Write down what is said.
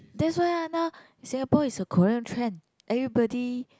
that's why ah now Singapore is a Korean trend everybody